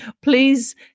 please